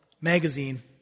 magazine